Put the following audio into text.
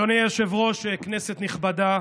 אדוני היושב-ראש, כנסת נכבדה,